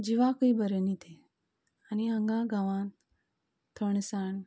जिवाकूय बरें न्ही तें आनी हांगा गांवांत थंडसाण